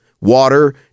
water